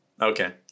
Okay